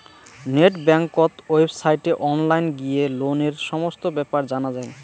net বেংকত ওয়েবসাইটে online গিয়ে লোনের সমস্ত বেপার জানা যাই